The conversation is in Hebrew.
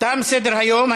תם סדר-היום.